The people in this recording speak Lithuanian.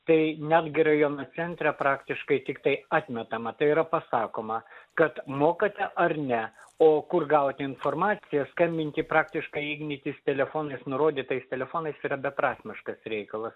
tai netgi rajono centre praktiškai tiktai atmetama tai yra pasakoma kad mokate ar ne o kur gauti informaciją skambinti praktiškai ignitis telefonais nurodytais telefonais yra beprasmiškas reikalas